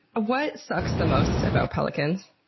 what sucks the most about pelicans?